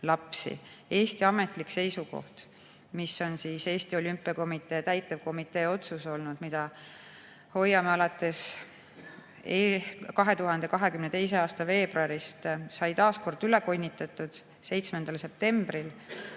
Eesti ametlik seisukoht, mis oli Eesti Olümpiakomitee täitevkomitee otsus, mida hoiame alates 2022. aasta veebruarist, sai taas üle kinnitatud 7. septembril,